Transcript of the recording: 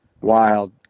wild